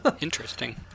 interesting